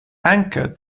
anchor